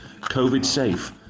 COVID-safe